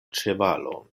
ĉevalon